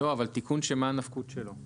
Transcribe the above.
מה הנפקות של התיקון?